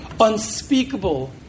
unspeakable